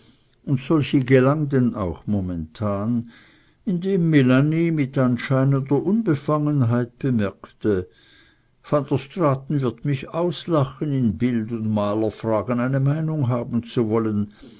und solche gelang denn auch momentan indem melanie mit anscheinender unbefangenheit bemerkte van der straaten wird mich auslachen in bild und malerfragen eine meinung haben zu wollen